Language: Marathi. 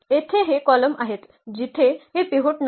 तर येथे हे कॉलम आहेत जिथे हे पिव्होट नाही